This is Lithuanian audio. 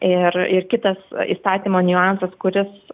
ir ir kitas įstatymo niuansas kuris